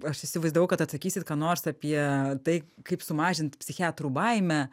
aš įsivaizdavau kad atsakysit ką nors apie tai kaip sumažint psichiatrų baimę